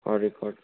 हो रिकोड